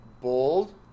bold